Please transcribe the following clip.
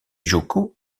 juku